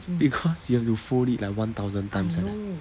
because you have to fold it like one thousand times like that